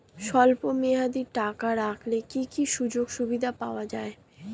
স্বল্পমেয়াদী টাকা রাখলে কি কি সুযোগ সুবিধা পাওয়া যাবে?